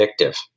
addictive